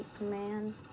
Man